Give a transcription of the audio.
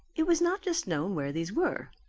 it was not just known where these were.